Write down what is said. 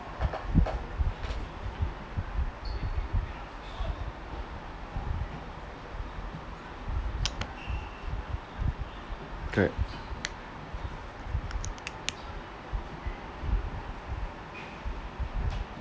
correct